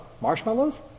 Marshmallows